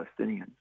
Palestinians